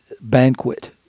banquet